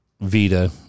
Vita